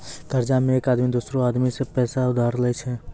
कर्जा मे एक आदमी दोसरो आदमी सं पैसा उधार लेय छै